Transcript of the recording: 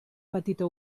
petita